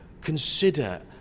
consider